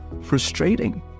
frustrating